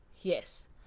yes